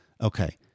okay